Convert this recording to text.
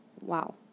wow